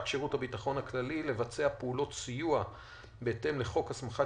שירות הביטחון הכללי לבצע פעולות סיוע בהתאם לחוק הסמכת